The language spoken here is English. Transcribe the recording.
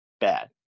bad